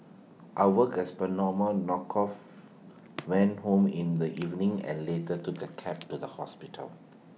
I worked as per normal knocked off went home in the evening and later took A cab to the hospital